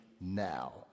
now